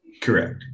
Correct